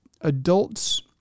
adults